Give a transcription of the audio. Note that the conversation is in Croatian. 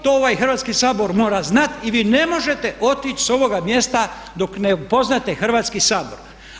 To ovaj Hrvatski sabor mora znati i vi ne možete otići s ovoga mjesta dok ne upoznate Hrvatski sabor.